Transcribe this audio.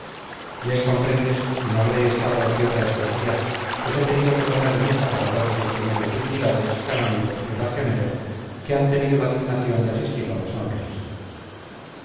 bien comprendes que no habré estado ociosa estos días pues he tenido que poner mesa para todos los señores dignidades canónigos y racioneros que han tenido la dignación de asistir a las honras